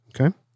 Okay